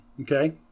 Okay